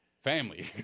family